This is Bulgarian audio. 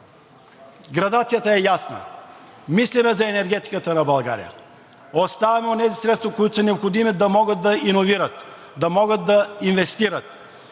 Градацията е ясна. Мислене за енергетиката на България. Оставаме онези средства, които са необходими да могат да иновират, да могат да инвестират.